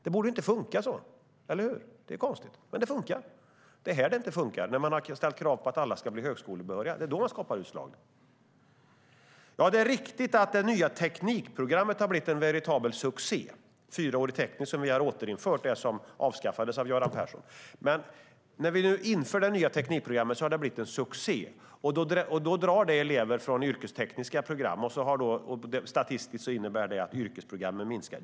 Det borde inte funka så, eller hur? Det är konstigt, men det funkar. Det är här det inte funkar, när man har ställt krav på att alla ska bli högskolebehöriga. Det är då man skapar utslagning. Det är riktigt att det nya teknikprogrammet har blivit en veritabel succé, ett fyraårigt tekniskt program som vi återinförde sedan Göran Persson avskaffade det. När vi nu har infört det nya teknikprogrammet har det blivit en succé, och då drar det elever från yrkestekniska program. Det innebär statistiskt att yrkesprogrammen minskar.